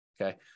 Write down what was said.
Okay